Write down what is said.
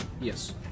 yes